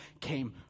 came